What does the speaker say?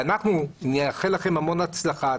אנחנו נאחל לכם המון הצלחה,